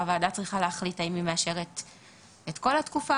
והוועדה צריכה להחליט האם היא מאשרת את כל התקופה